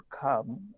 come